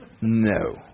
No